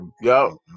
Yo